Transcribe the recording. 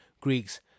greeks